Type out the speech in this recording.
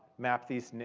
map these,